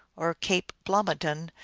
or cape blomidon,